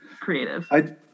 creative